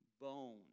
bone